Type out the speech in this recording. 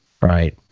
Right